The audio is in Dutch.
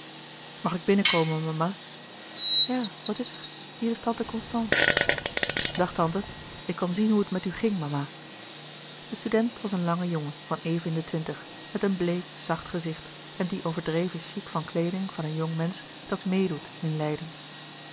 mag ik binnenkomen mama ja wat is er hier is tante constance dag tante ik kwam zien hoe het met u ging mama de student was een lange jongen van even in de twintig met een bleek zacht gezicht en dien overdreven chic van kleeding van een jong mensch dat meêdoet in leiden